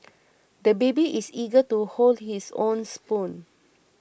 the baby is eager to hold his own spoon